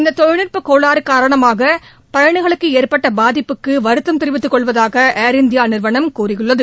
இந்த தொழில்நுட்பக் கோளாறு காரணமாக பயணிகளுக்கு ஏற்பட்ட பாதிப்புக்கு வருத்தம் தெிவித்துக் கொள்வதாக ஏர் இண்டியா நிறுவனம் கூறியுள்ளது